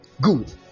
Good